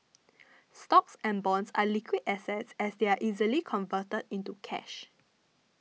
stocks and bonds are liquid assets as they are easily converted into cash